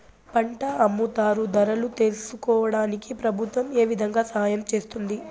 పంట అమ్ముతారు ధరలు తెలుసుకోవడానికి ప్రభుత్వం ఏ విధంగా సహాయం చేస్తుంది?